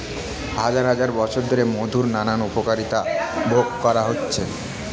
হাজার হাজার বছর ধরে মধুর নানান উপকারিতা ভোগ করা হচ্ছে